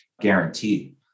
guaranteed